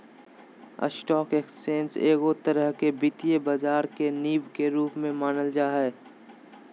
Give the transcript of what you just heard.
stock exchange एगो तरह से वित्तीय बाजार के नींव के रूप मे मानल जा हय